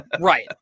right